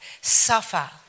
suffer